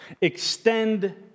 extend